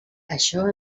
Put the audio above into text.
això